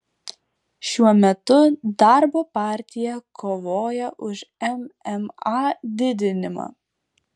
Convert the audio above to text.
šiuo metu darbo partija kovoja už mma didinimą